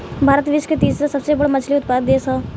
भारत विश्व के तीसरा सबसे बड़ मछली उत्पादक देश ह